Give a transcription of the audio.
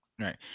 Right